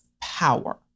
power